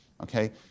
okay